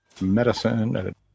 medicine